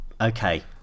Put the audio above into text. okay